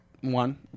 One